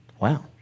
Wow